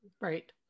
right